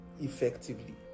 effectively